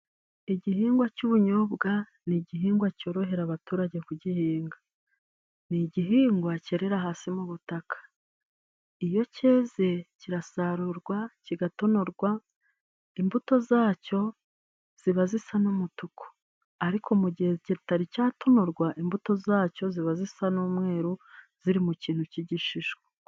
Igihingwa cy'ubunyobwa ni igihingwa cyorohera abaturage kugihinga, ni igihingwa cyerera hasi mu butaka, iyo cyeze kirasarurwa kigatonorwa, imbuto zacyo ziba zisa n'umutuku ariko mu gihe kitari cyatonorwa imbuto zacyo ziba zisa n'umweru ziri mu kintu cy'igishishwa.